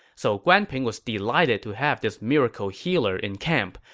so guan ping was delighted to have this miracle healer in camp,